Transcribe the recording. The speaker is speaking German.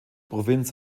provinz